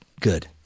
Good